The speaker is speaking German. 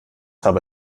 habe